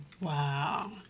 Wow